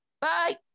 bye